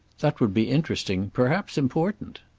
that would be interesting, perhaps important.